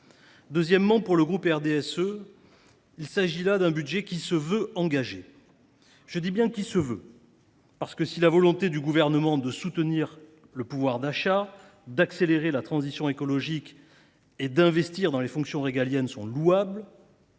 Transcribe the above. également, pour le groupe du RDSE, d’un budget qui se veut engagé. Je dis bien « qui se veut » parce que, si la volonté du Gouvernement de soutenir le pouvoir d’achat, d’accélérer la transition écologique et d’investir dans les fonctions régaliennes est louable,